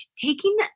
taking